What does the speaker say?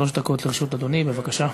שלוש דקות לרשות אדוני, בבקשה.